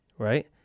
Right